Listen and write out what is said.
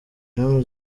mme